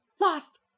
lost